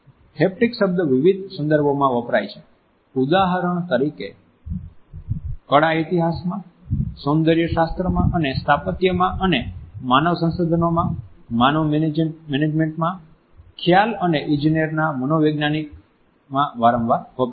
haptic શબ્દ વિવિધ સંદર્ભોમાં વપરાય છે ઉદાહરણ તરીકે કળા ઇતિહાસમાં સૌંદર્ય શાસ્ત્રમાં અને સ્થાપત્યમાં અને માનવ સંસાધનો માં માનવ મેનેજમેંટમાં ખ્યાલ અને ઇજનેરીના મનોવૈજ્ઞાનિકમા વારંવાર વપરાય છે